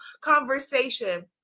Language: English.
conversation